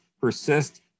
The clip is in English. persist